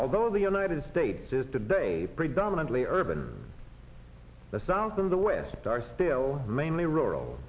although the united states is today predominantly urban the south and the west are still mainly rural